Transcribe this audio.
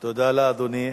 תודה, אדוני.